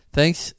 Thanks